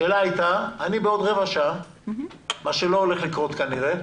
השאלה הייתה: בעוד רבע שעה מה שלא הולך לקרות כנראה